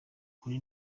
kuri